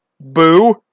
Boo